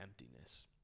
emptiness